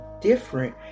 different